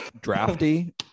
drafty